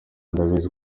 ndabizi